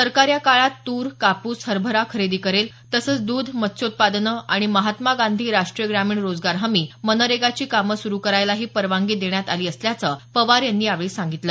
सरकार या काळात तूर कापूस हरभरा खरेदी करेल तसंच द्ध मत्स्योत्पादनं आणि महात्मा गांधी राष्ट्रीय ग्रामीण रोजगार हमी मनरेगाची कामं सुरू करायलाही परवानगी देण्यात आली असल्याचं पवार यांनी यावेळी सांगितलं